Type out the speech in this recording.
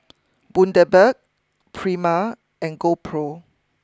Bundaberg Prima and GoPro